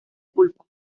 culpa